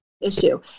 issue